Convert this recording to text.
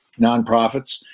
nonprofits